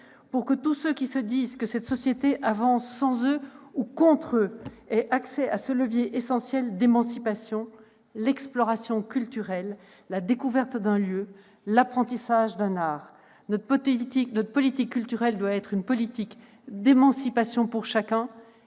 Pour que tous ceux qui se disent que cette société avance sans eux, ou contre eux, aient accès à ce levier essentiel d'émancipation : l'exploration culturelle, la découverte d'un lieu, l'apprentissage d'un art. Notre politique culturelle doit être une politique d'émancipation pour chacun